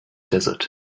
desert